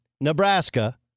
Nebraska